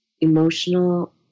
emotional